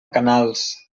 canals